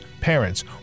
parents